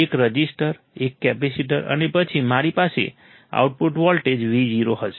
એક રઝિસ્ટર એક કેપેસિટર અને પછી મારી પાસે આઉટપુટ વોલ્ટેજ Vo હશે